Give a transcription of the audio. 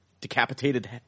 decapitated